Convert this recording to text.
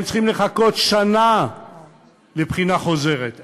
הם צריכים לחכות שנה לבחינה חוזרת.